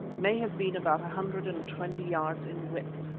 may have been about a hundred and twenty yards in width.